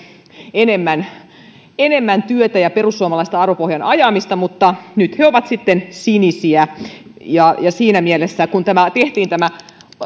enemmän enemmän työtä ja perussuomalaisen arvopohjan ajamista mutta nyt he ovat sitten sinisiä siinä mielessä kun tehtiin tämä